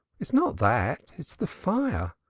it's not that. it's the fire.